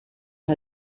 and